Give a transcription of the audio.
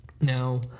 now